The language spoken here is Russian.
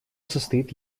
состоит